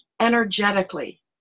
energetically